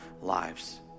lives